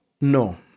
no